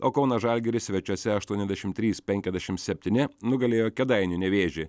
o kauno žalgiris svečiuose aštuoniasdešim trys penkiasdešim septyni nugalėjo kėdainių nevėžį